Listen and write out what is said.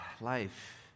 Life